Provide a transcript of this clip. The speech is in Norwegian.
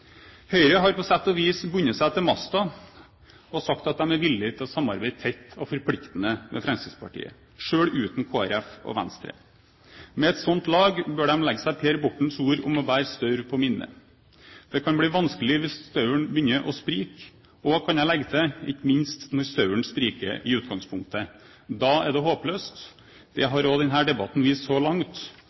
Høyre har på sett og vis bundet seg til masten og sagt at de er villige til å samarbeide tett og forpliktende med Fremskrittspartiet, selv uten Kristelig Folkeparti og Venstre. Med et sånt lag bør de legge seg Per Bortens ord om å bære staur på minne: Det kan bli vanskelig «hvis stauren begynner å sprike». Jeg kan legge til: ikke minst når stauren spriker i utgangspunktet. Da er det håpløst. Det har også denne debatten vist så langt,